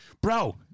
Bro